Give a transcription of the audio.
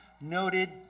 noted